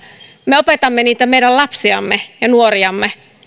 me opetamme meidän lapsiamme ja nuoriamme